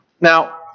Now